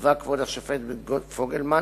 קבע כבוד השופט פוגלמן,